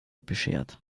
beschert